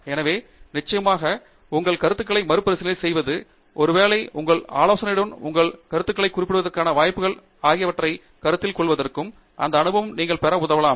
எனவே நிச்சயமாக உங்கள் கருத்துக்களை மறுபரிசீலனை செய்வது ஒருவேளை உங்கள் ஆலோசனையுடன் உங்கள் கருத்துக்களைக் குவிப்பதற்கான வாய்ப்புகள் ஆகியவற்றைக் கருத்தில் கொள்வதற்கும் அந்த அனுபவத்தை நீங்கள் பெற உதவலாம்